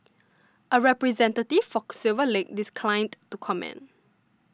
a representative for Silver Lake declined to comment